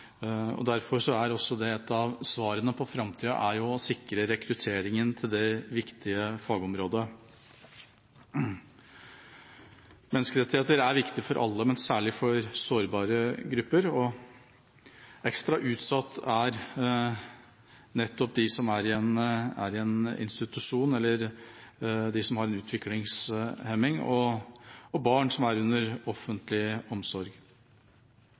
Et av svarene for framtida er å sikre rekrutteringen til dette viktige fagområdet. Menneskerettigheter er viktig for alle, men særlig for sårbare grupper. Ekstra utsatt er de som er i en institusjon, de som har en utviklingshemning, og barn som er under offentlig omsorg.